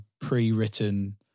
pre-written